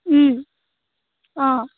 অঁ